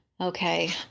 Okay